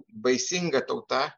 baisinga tauta